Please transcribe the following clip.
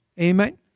Amen